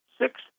six